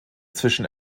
zwischen